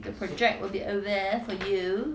the project will be over for you